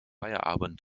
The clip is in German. feierabend